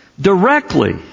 Directly